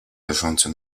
leżące